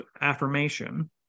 affirmation